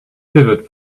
pivot